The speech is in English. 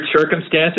circumstances